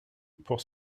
pour